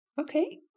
okay